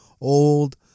old